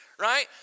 right